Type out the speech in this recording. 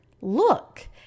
look